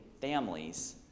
families